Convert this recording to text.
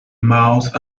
mouse